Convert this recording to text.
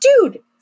dude